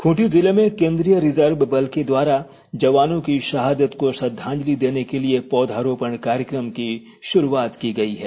खूंटी जिले में केन्द्रीय रिजर्व बल के द्वारा जवानों की शहादत को श्रद्वांजलि देने के लिए पौधारोपण कार्यक्रम की शुरूआत की गयी है